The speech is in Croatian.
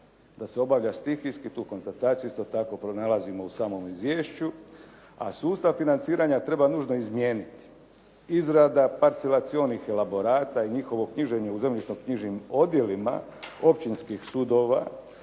Da se obavlja stihijski tu konstataciju isto tako pronalazimo u samom izvješću, a sustav financiranja treba nužno izmijeniti. Izrada parcelacionih elaborata i njihovo knjiženje u zemljišno-knjižnim odjelima općinskih sudova